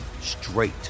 straight